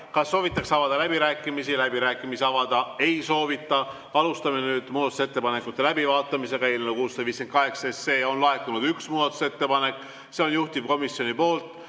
Kas soovitakse avada läbirääkimisi? Läbirääkimisi avada ei soovita. Alustame nüüd muudatusettepanekute läbivaatamist. Eelnõu 658 kohta on laekunud üks muudatusettepanek. See on juhtivkomisjonilt